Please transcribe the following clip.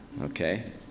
okay